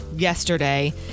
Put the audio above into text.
Yesterday